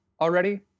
already